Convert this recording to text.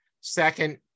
second